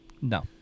No